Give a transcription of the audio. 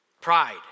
Pride